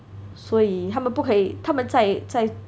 所以他们不可以他们再再